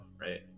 right